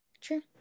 true